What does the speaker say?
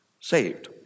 saved